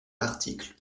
l’article